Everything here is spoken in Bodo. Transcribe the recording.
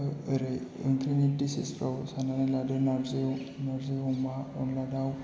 ओरै ओंख्रिनि दिसेसफ्राव साननानै लादो नारजि नारजि अमा अनद्ला दाउ